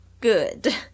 good